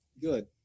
Good